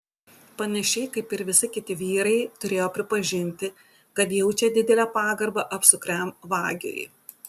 panašiai kaip ir visi kiti vyrai turėjo pripažinti kad jaučia didelę pagarbą apsukriam vagiui